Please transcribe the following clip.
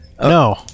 no